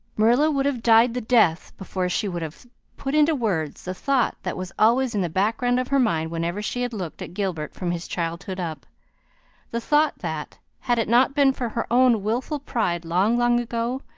marilla would have died the death before she would have put into words the thought that was always in the background of her mind whenever she had looked at gilbert from his childhood up the thought that, had it not been for her own wilful pride long, long ago,